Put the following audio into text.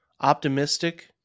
optimistic